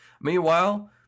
Meanwhile